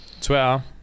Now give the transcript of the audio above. Twitter